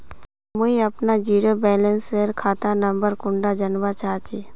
मुई अपना zero balance सेल खाता नंबर कुंडा जानवा चाहची?